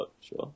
sure